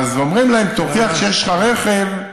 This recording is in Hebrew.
אומרים להם: תוכיח שיש לך רכב,